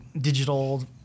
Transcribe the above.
digital